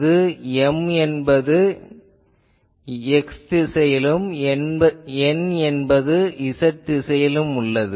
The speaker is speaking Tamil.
இது M என்பது x திசையிலும் n என்பது z திசையிலும் உள்ளது